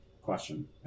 question